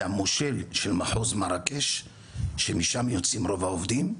זה המושל של מחוז מרקש שמשם יוצאים רוב העובדים,